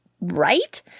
right